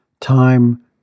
time